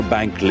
Bank